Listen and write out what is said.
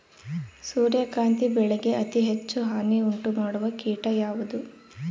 ಸೂರ್ಯಕಾಂತಿ ಬೆಳೆಗೆ ಅತೇ ಹೆಚ್ಚು ಹಾನಿ ಉಂಟು ಮಾಡುವ ಕೇಟ ಯಾವುದು?